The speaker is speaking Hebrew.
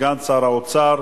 סגן שר האוצר,